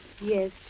Yes